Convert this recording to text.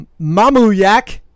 Mamuyak